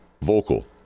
vocal